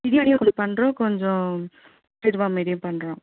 பிரியாணியும் கொஞ்சம் பண்ணுறோம் கொஞ்சம் இதுவாக மாரியும் பண்ணுறோம்